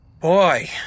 Boy